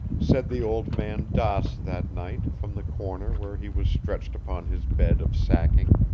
said the old man daas that night from the corner where he was stretched upon his bed of sacking.